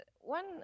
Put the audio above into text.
one